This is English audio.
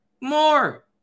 more